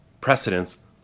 precedents